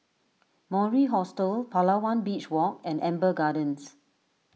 Mori Hostel Palawan Beach Walk and Amber Gardens